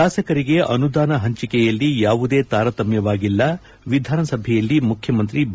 ಶಾಸಕರಿಗೆ ಅನುದಾನ ಹಂಚಿಕೆಯಲ್ಲಿ ಯಾವುದೇ ತಾರತಮ್ಮವಾಗಿಲ್ಲ ವಿಧಾನಸಭೆಯಲ್ಲಿ ಮುಖ್ಯಮಂತ್ರಿ ಬಿ